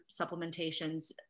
supplementations